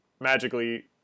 magically